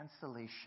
cancellation